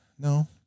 no